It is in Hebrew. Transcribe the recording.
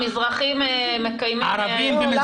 המזרחים מקיימים אירועים,